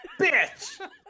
bitch